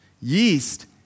Yeast